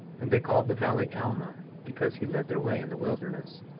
and they called the valley alma, because he led their way in the wilderness.